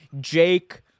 Jake